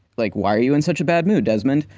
like why are you in such a bad mood, desmond?